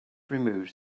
removes